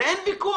על זה אין ויכוח.